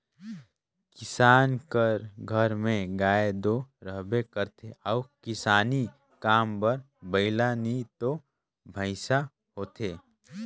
किसान कर घर में गाय दो रहबे करथे अउ किसानी काम बर बइला नी तो भंइसा होथे